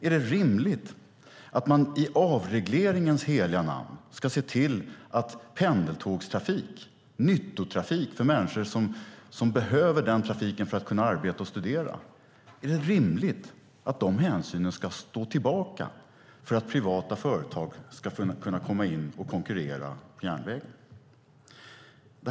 Är det rimligt att man i avregleringens heliga namn tar bort pendeltågstrafik och nyttotrafik för människor som behöver denna trafik för att kunna arbeta och studera? Är det rimligt att dessa hänsyn ska stå tillbaka för att privata företag ska kunna komma in och konkurrera om järnvägen?